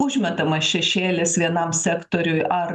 užmetamas šešėlis vienam sektoriui ar